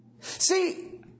See